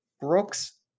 brooks